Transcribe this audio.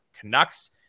Canucks